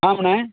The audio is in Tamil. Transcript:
ஆமாண்ணே